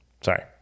Sorry